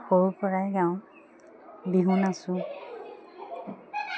সৰুৰপৰাই গাওঁ বিহু নাচোঁ